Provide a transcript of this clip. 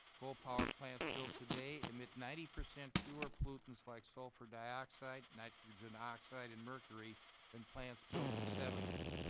coal power plants built today emit ninety percent fewer pollutants like sulfur dioxide, nitrogen oxide, and mercury than plants built in the seventies.